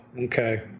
okay